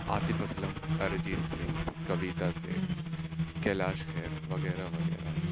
عاطف اسلم ارجیت سنگھ کویتا سیٹھ کیلاش کھیر وغیرہ وغیرہ ہیں